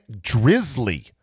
Drizzly